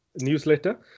newsletter